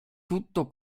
tutto